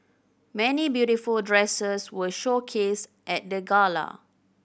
many beautiful dresses were showcased at the gala